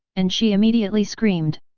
and she immediately screamed.